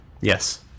Yes